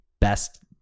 best